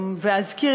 אזכיר,